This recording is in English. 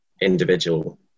individual